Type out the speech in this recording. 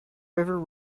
river